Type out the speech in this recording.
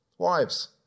Wives